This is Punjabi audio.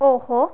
ਉਹ